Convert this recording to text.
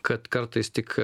kad kartais tik